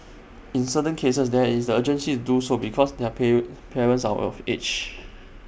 in certain cases there is the urgency is do so because their pay parents are of age